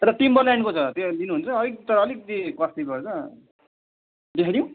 एउटा टिम्बरल्यान्डको छ त्यो लिनुहुन्छ अलिक त अलिकति कस्टली गर्छ त देखाइदिउँ